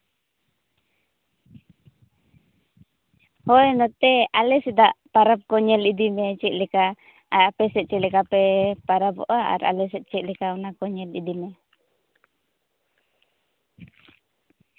ᱦᱳᱭ ᱱᱚᱛᱮ ᱟᱞᱮ ᱥᱮᱫᱟᱜ ᱯᱟᱨᱟᱵᱽ ᱠᱚ ᱧᱮᱞ ᱤᱫᱤ ᱢᱮ ᱪᱮᱫ ᱞᱮᱠᱟ ᱟᱨ ᱟᱯᱮ ᱥᱮᱫ ᱪᱮᱫ ᱞᱮᱠᱟ ᱯᱮ ᱯᱟᱨᱟᱵᱚᱽᱼᱟ ᱟᱨ ᱟᱞᱮ ᱥᱮᱫ ᱪᱮᱫᱞᱮᱠᱟ ᱚᱱᱟ ᱠᱚ ᱧᱮᱞ ᱤᱫᱤ ᱢᱮ